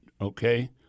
okay